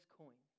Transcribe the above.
coin